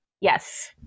Yes